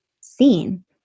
seen